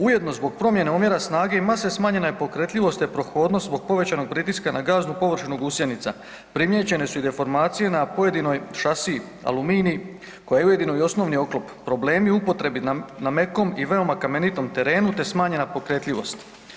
Ujedno zbog promjene omjere snage i mase smanjena je pokretljivost te prohodnost zbog povećanog pritiska na gaznu površinu gusjenica, primijećene su i deformacije na pojedinoj šasiji, aluminij, koja je ujedino i osnovni oklop, problemi u upotrebi na mekom i veoma kamenitom terenu te smanjena pokretljivost.